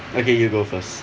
okay you go first